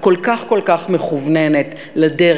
הכל כך כל כך מכווננת לדרך,